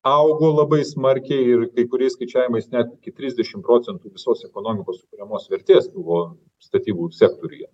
augo labai smarkiai ir kai kuriais skaičiavimais net iki trisdešim procentų visos ekonomikos sukuriamos vertės buvo statybų sektoriuje